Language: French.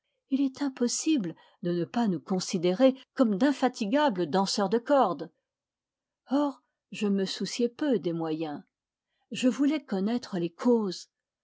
il est impossible de ne pas nous considérer comme d'infatigables danseurs de corde or je me souciais peu des moyens je voulais connaître les causes